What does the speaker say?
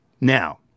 Now